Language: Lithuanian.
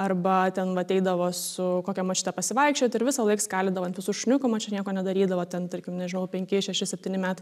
arba ten va ateidavo su kokia močiute pasivaikščiot ir visąlaik skalydavo ant visų šuniukų močiutė nieko nedarydavo ten tarkim nežinau penki šeši septyni metai